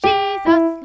Jesus